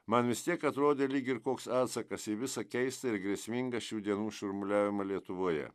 man vis tiek atrodė lyg ir koks atsakas į visą keistą ir grėsmingą šių dienų šurmuliavimą lietuvoje